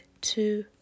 two